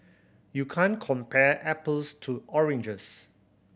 you can't compare apples to oranges